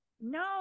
No